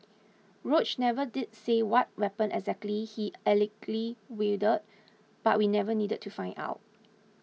Roach never did say what weapon exactly he allegedly wielded but we never needed to find out